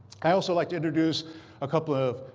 i'd also like to introduce a couple of,